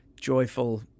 joyful